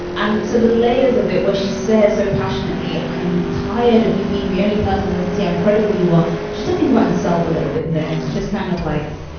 and so the layers of it where she says so passionately. i'm tired of you being the only person doesn't see how incredible you are. she's talking about herself a little bit. they're just kind of like,